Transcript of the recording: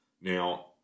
Now